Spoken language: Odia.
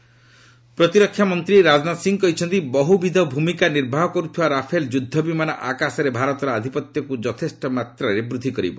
ରାଜନାଥ ରାଫେଲ ପ୍ରତିରକ୍ଷାମନ୍ତ୍ରୀ ରାଜନାଥ ସିଂହ କହିଛନ୍ତି ବହୁବିଧ ଭୂମିକା ନିର୍ବାହ କରୁଥିବା ରାଫେଲ ଯୁଦ୍ଧବିମାନ ଆକାଶରେ ଭାରତର ଆଧିପତ୍ୟକୁ ଯଥେଷ୍ଟ ମାତ୍ରାରେ ବୃଦ୍ଧି କରିବ